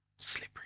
Slippery